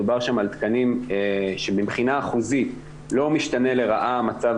מדובר שם על תקנים שמבחינה אחוזית לא משתנה לרעה מצב